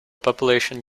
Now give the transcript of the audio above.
population